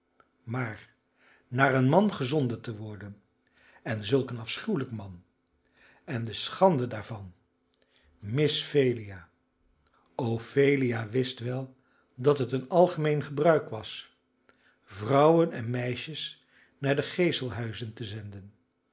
maar naar een man gezonden te worden en zulk een afschuwelijk man en de schande daarvan miss phelia ophelia wist wel dat het een algemeen gebruik was vrouwen en meisjes naar de geeselhuizen te zenden